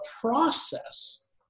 process